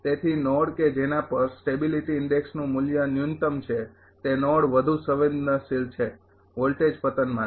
તેથી નોડ કે જેના પર સ્ટેબિલીટી ઇન્ડેક્ષ નું મૂલ્ય ન્યૂનતમ છે તે નોડ વધુ સંવેદનશીલ છે વોલ્ટેજ પતન માટે